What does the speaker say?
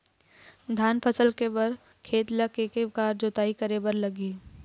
धान फसल के बर खेत ला के के बार जोताई करे बर लगही?